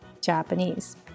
Japanese